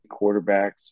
quarterbacks